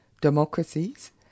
Democracies